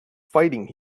fighting